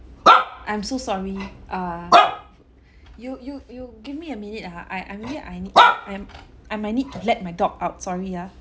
I'm so sorry err you you you give me a minute ah I I really I need I'm I might need to let my dog out sorry ah